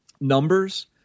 numbers